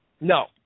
No